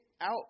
out